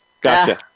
Gotcha